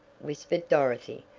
whispered dorothy,